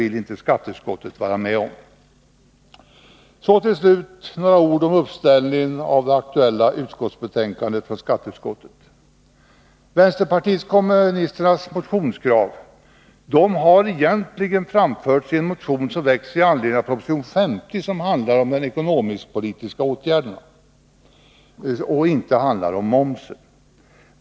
Så till slut några ord om uppställningen av det aktuella betänkandet från skatteutskottet. Vänsterpartiet kommunisternas motionskrav har egentligen om de ekonomisk-politiska åtgärderna och inte om momsen.